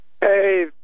Hey